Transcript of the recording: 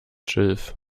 schilf